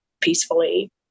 peacefully